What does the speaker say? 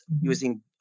using